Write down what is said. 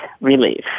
relief